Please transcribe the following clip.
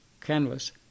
canvas